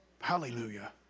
Hallelujah